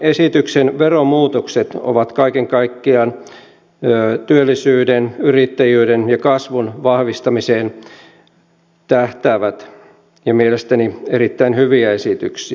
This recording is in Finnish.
talousarvioesityksen veromuutokset ovat kaiken kaikkiaan työllisyyden yrittäjyyden ja kasvun vahvistamiseen tähtäävät ja mielestäni erittäin hyviä esityksiä